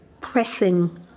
pressing